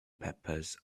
peppers